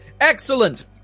excellent